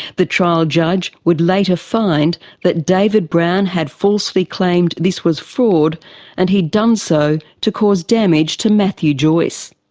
the trial judge would later find that david brown had falsely claimed this was fraud and he had done so to cause damage to matthew joyce.